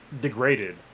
degraded